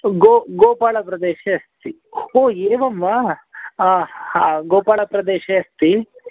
गो गोपालप्रदेशे अस्ति ओ एवं वा आम् गोपालप्रदेशे अस्ति